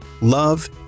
love